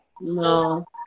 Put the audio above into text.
no